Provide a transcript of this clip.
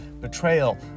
betrayal